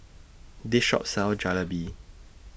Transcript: This Shop sells Jalebi